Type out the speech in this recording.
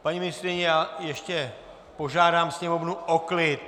Paní ministryně, já ještě požádám sněmovnu o klid.